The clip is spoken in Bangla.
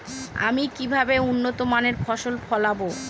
আমি কিভাবে উন্নত মানের ফসল ফলাবো?